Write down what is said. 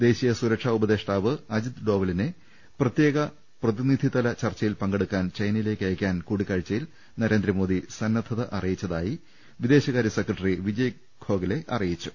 ദേശീയ സുരക്ഷാ ഉപദേഷ്ടാവ് അജിത് ദോവലിനെ പ്രത്യേക പ്രതിനിധിതല ചർച്ചയിൽ പങ്കെടുക്കാൻ ചൈനയിലേക്ക് അയക്കാൻ കൂടിക്കാഴ്ചയിൽ നരേന്ദ്രമോദി സന്നദ്ധത അറിയിച്ചതായി വിദേശകാര്യ സെക്രട്ടറി വിജയ്ഗോഖലെ അറിയിച്ചു